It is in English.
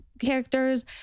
characters